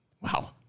Wow